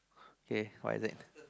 kay what is it